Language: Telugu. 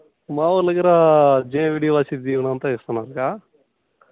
మా వాళ్ళ దగ్గర జేవీడి వచ్చిద్ధి అంతే ఇస్తున్నాం అక్క